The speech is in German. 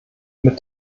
mit